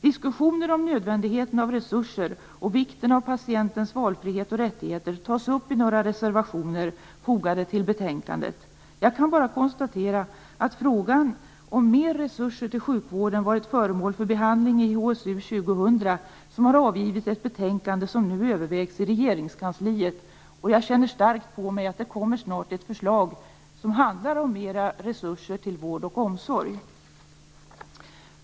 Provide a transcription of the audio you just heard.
Diskussioner om nödvändigheten av resurser och vikten av patientens valfrihet och rättigheter tas upp i några reservationer fogade till betänkandet. Jag kan bara konstatera att frågan om mer resurser till sjukvården har varit föremål för behandling i HSU 2000, som har lämnat ett betänkande som nu övervägs i Regeringskansliet. Jag känner starkt på mig att det snart kommer ett förslag som handlar om mera resurser till vård och omsorg.